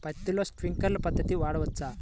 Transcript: పత్తిలో ట్వింక్లర్ పద్ధతి వాడవచ్చా?